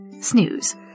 Snooze